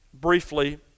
briefly